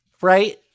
right